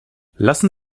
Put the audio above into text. lassen